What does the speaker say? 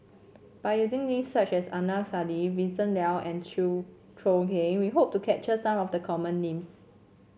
by using names such as Adnan Saidi Vincent Leow and Chew Choo Keng we hope to capture some of the common names